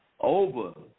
over